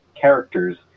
characters